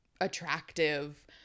attractive